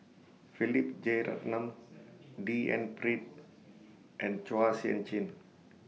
Philip Jeyaretnam D N Pritt and Chua Sian Chin